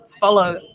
follow